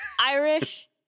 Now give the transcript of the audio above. Irish